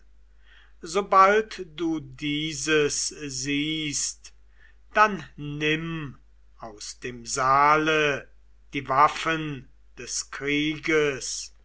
sobald du dieses siehst dann nimm aus dem saale die waffen des krieges